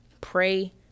pray